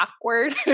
awkward